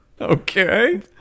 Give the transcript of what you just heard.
Okay